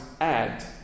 add